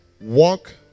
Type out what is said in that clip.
walk